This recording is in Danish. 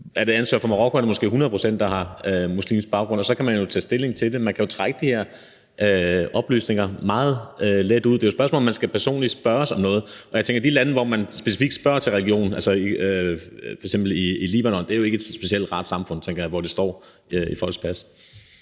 Er det ansøgere fra Marokko, er det måske 100 pct., der har muslimsk baggrund. Sådan kan man jo tage stilling til det. Man kan trække de her oplysninger meget let ud. Det er et spørgsmål om, om man personligt skal spørges om sådan noget, og jeg tænker, at de lande, hvor man specifikt spørger til religionen, f.eks. Libanon, hvor det står i folks pas,